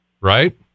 right